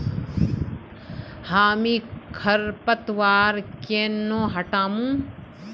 हामी खरपतवार केन न हटामु